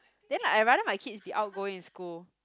then I rather my kids be outgoing in school